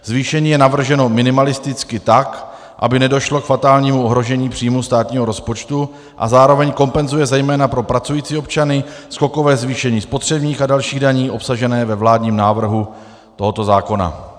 Zvýšení je navrženo minimalisticky, tak aby nedošlo k fatálnímu ohrožení příjmů státního rozpočtu, a zároveň kompenzuje zejména pro pracující občany skokové zvýšení spotřebních a dalších daní obsažených ve vládním návrhu tohoto zákona.